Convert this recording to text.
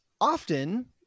often